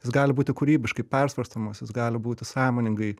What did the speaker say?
jis gali būti kūrybiškai persvarstomos jis gali būti sąmoningai